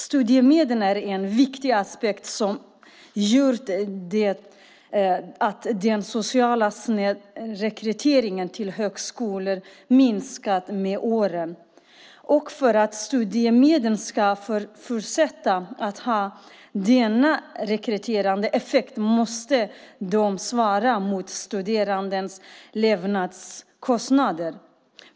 Studiemedlen är en viktig aspekt som gjort att den sociala snedrekryteringen till högskolan har minskat med åren. För att studiemedlen ska fortsätta att ha denna effekt måste de svara mot de studerandes levnadsomkostnader.